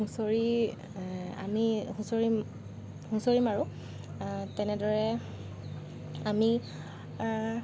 হুঁচৰি আমি হুঁচৰি হুঁচৰি মাৰোঁ তেনেদৰে আমি